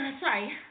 sorry